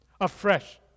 afresh